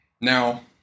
now